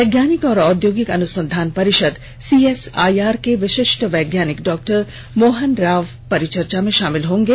वैज्ञानिक और औद्योगिक अनुसंधान परिषद सी एस आई आर के विशिष्टि वैज्ञानिक डॉक्टनर मोहन राव परिचर्चा में शामिल होंगे